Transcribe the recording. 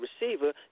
receiver